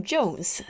Jones